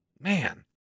Man